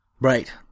right